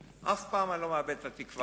אף פעם אני לא מאבד את התקווה,